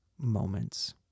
moments